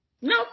no